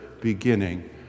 beginning